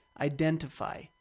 identify